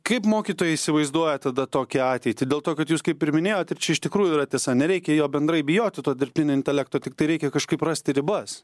kaip mokytojai įsivaizduoja tada tokią ateitį dėl to kad jūs kaip ir minėjot ir čia iš tikrųjų yra tiesa nereikia jo bendrai bijoti to dirbtinio intelekto tiktai reikia kažkaip rasti ribas